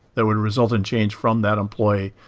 that would result in change from that employee,